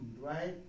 right